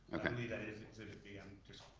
like i believe that is exhibit b, i'm just,